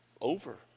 over